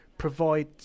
provide